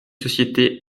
société